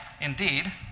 Indeed